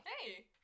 Hey